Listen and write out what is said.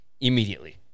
immediately